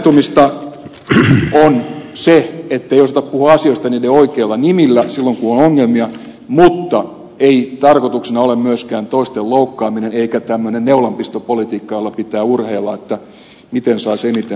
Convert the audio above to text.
suomettumista on se ettei osata puhua asioista niiden oikeilla nimillä silloin kun on ongelmia mutta ei tarkoituksena ole myöskään toisten loukkaaminen eikä tämmöinen neulanpistopolitiikka jolla pitää urheilla sillä miten saisi eniten huomiota